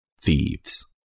thieves